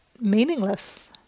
meaningless